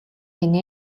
гэнэ